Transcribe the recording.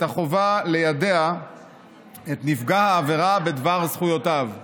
החובה ליידע את נפגע העבירה בדבר זכויותיו.